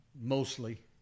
mostly